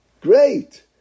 Great